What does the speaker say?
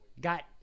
got